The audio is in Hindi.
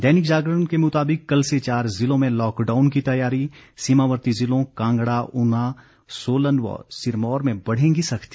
दैनिक जागरण के मुताबिक कल से चार जिलों में लॉकडाउन की तैयारी सीमावर्ती जिलों कांगड़ा ऊना सोलन व सिरमौर में बढ़ेगी सख्ती